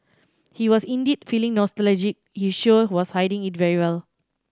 he was indeed feeling nostalgic he sure was hiding it very well